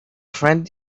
friend